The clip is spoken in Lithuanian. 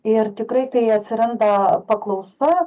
ir tikrai tai atsiranda paklausa